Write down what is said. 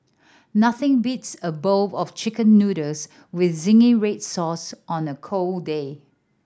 nothing beats a bowl of Chicken Noodles with zingy red sauce on a cold day